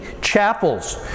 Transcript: chapels